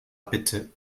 bitte